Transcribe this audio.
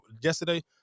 yesterday